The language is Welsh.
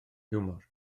hiwmor